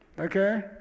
Okay